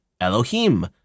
Elohim